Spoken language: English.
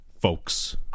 folks